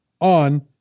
on